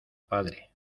padre